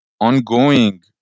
ongoing